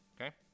Okay